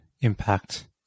impact